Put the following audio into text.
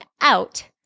out